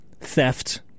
theft